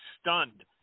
stunned